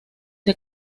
por